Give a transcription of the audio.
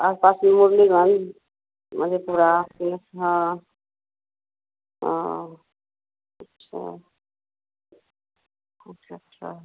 आस पास यह मुरलीगंज मधेपुरा सिंहेस हाँ और अच्छा अच्छा अच्छा